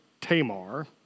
Tamar